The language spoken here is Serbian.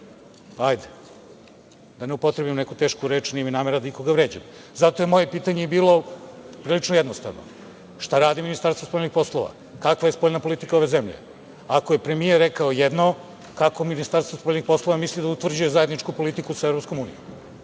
hajde da ne upotrebim neku tešku reč, nije mi namera nikoga da vređam. Zato je moje pitanje i bilo prilično jednostavno – šta radi Ministarstvo spoljnih poslova? Kakva je spoljna politika ove zemlje? Ako je premijer rekao jedno, kako Ministarstvo spoljnih poslova misli da utvrđuje zajedničku politiku sa